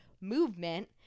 movement